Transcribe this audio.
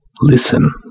listen